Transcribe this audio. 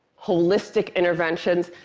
holistic interventions,